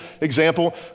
example